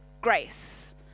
grace